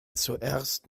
zuerst